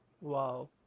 Wow